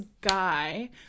guy